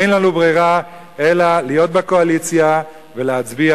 אין לנו ברירה אלא להיות בקואליציה ולהצביע